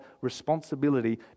responsibility